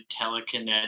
telekinetic